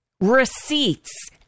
receipts